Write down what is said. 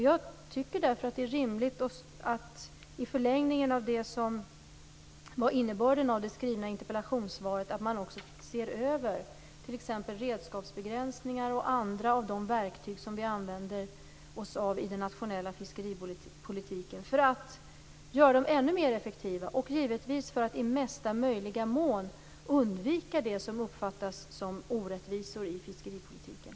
Jag tycker därför att det är rimligt, vilket är en förlängning av innebörden i det skrivna interpellationssvaret, att man också ser över t.ex. redskapsbegränsningar och andra verktyg som vi använder oss av i den nationella fiskeripolitiken för att göra dem ännu mer effektiva och givetvis för att i möjligaste mån undvika det som uppfattas som orättvisor i fiskeripolitiken.